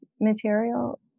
material